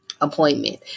appointment